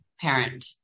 parent